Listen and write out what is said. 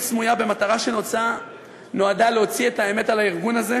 סמויה במטרה להוציא את האמת על הארגון הזה.